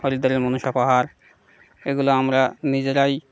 হরিদ্দারের মনষা পাহাড় এগুলো আমরা নিজেরাই